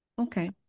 Okay